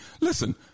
Listen